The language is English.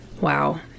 Wow